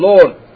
Lord